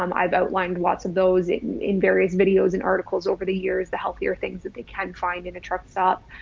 um i've outlined lots of those in, in various videos and articles over the years, the healthier things that they can find in a truck stop,